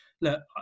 look